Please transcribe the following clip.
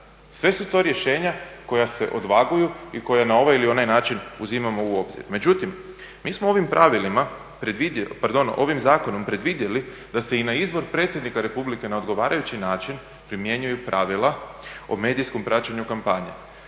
Sve su to rješenja koja se odvaguju i koja na ovaj ili onaj način uzimamo u obzir. Međutim, mi smo ovim pravilima, pardon ovim zakonom predvidjeli da se i na izbor predsjednika Republike na odgovarajući način primjenjuju pravila o medijskom praćenju kampanje.